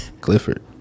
Clifford